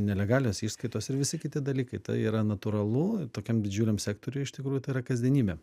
nelegalios išskaitos ir visi kiti dalykai tai yra natūralu tokiam didžiuliam sektoriuj iš tikrųjų tai yra kasdienybė